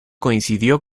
coincidió